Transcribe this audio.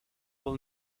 will